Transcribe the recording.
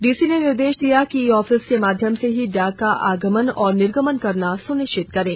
DC ने निर्देश दिया कि ई ऑफिस के माध्यम से ही डाक का आगमन और निर्गमन करना सुनिश्चित करें